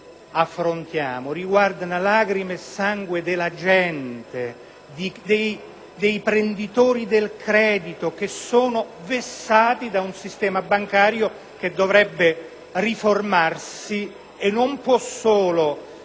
affrontiamo riguardano le lacrime e il sangue della gente, dei richiedenti il credito, che sono vessati da un sistema bancario che dovrebbe riformarsi e che non può solo